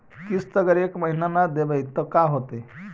किस्त अगर एक महीना न देबै त का होतै?